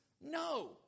No